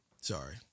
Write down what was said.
Sorry